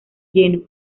lleno